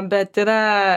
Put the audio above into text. bet yra